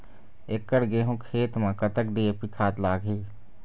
एकड़ गेहूं खेत म कतक डी.ए.पी खाद लाग ही?